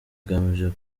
igamije